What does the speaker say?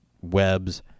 webs